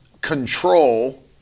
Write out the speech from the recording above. control